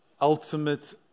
ultimate